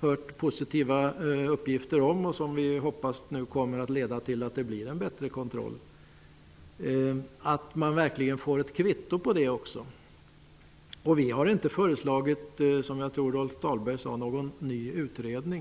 fått positiva uppgifter om och som vi hoppas kommer att leda till en bättre kontroll, att det är synnerligen viktigt att man verkligen får ett kvitto på detta. Vi har inte föreslagit -- jag tror att det var Rolf Dahlberg som nämnde den saken -- någon ny utredning.